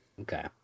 Okay